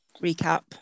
recap